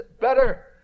better